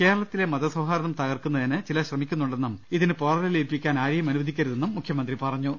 കേരളത്തിലെ മതസൌഹാർദ്ദം തകർക്കുന്നതിന് ചിലർ ശ്രമിക്കുന്നുണ്ടെന്നും ഇതിന് പോറലേൽപ്പിക്കാൻ ആരെയും അനുവദിക്കരുതെന്നും മുഖ്യമന്ത്രി പറഞ്ഞു